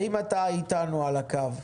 האם אתה איתנו על הקו?